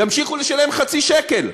ימשיכו לשלם חצי שקל,